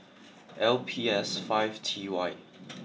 L P S five T Y